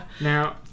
Now